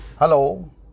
Hello